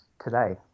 today